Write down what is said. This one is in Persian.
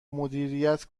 مدیریت